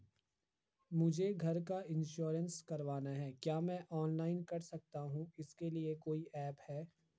मुझे घर का इन्श्योरेंस करवाना है क्या मैं ऑनलाइन कर सकता हूँ इसके लिए कोई ऐप है?